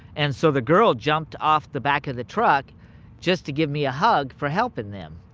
and so the girl jumped off the back of the truck just to give me ah hug for helping them.